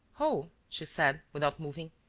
oh? she said, without moving.